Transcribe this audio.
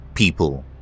People